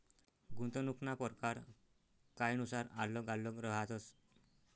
गुंतवणूकना परकार कायनुसार आल्लग आल्लग रहातस